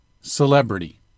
Celebrity